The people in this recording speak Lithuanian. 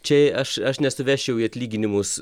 čia aš aš nesuvesčiau į atlyginimus